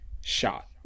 shot